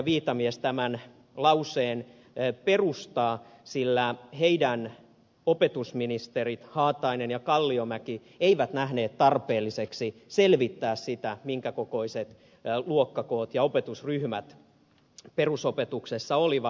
viitamies tämän lauseen perustaa sillä heidän opetusministerinsä haatainen ja kalliomäki eivät nähneet tarpeelliseksi selvittää sitä minkä kokoiset luokkakoot ja opetusryhmät perusopetuksessa olivat